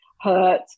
hurt